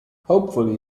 hopefully